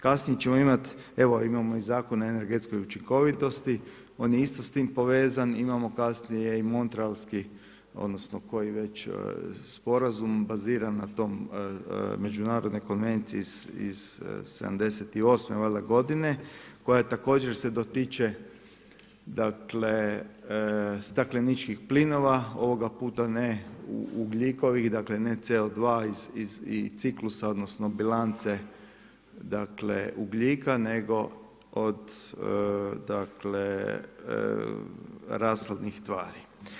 Kasnije ćemo imati evo imamo i Zakon o energetskoj učinkovitosti, on je isto s tim povezan, imamo kasnije i montrealski odnosno koji već sporazum baziran na tom međunarodnoj konvencijom iz '78. valjda godine koja također se dotiče stakleničkih plinova, ovoga puta ne ugljikovih, dakle ne CO2 iz ciklusa odnosno bilance ugljika nego od rashladnih tvari.